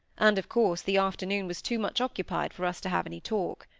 and of course the afternoon was too much occupied for us to have any talk.